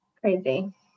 Crazy